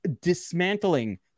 dismantling